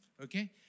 okay